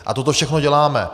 A toto všechno děláme.